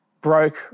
broke